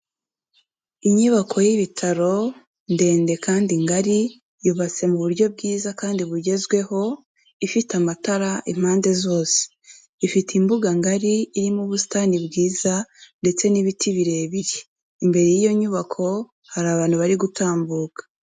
Inyubako y'ibitaro ndende kandi ngari yubatse mu buryo bwiza kandi bugezweho, ifite amatara impande zose, ifite imbuga ngari irimo ubusitani bwiza ndetse n'ibiti birebire. Imbere y'iyo nyubako hari abantu bari gutambuka.